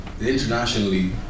internationally